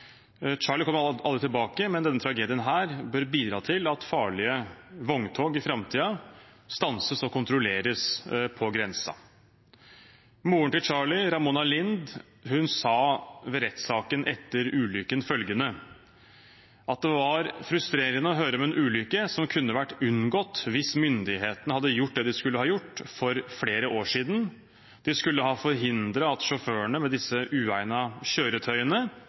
Charlie kommer aldri tilbake, men denne tragedien bør bidra til at farlige vogntog i framtiden stanses og kontrolleres på grensen. Moren til Charlie, Ramona Lind, sa følgende under rettssaken etter ulykken: «Det er frustrerende å høre om en ulykke som kunne vært unngått hvis myndighetene hadde gjort det de skulle gjort for flere år siden. De skulle forhindret at sjåførene med disse uegnede kjøretøyene